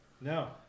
no